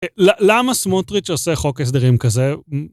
למה סמוטריץ' עושה חוק הסדרים כזה?